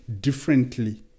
differently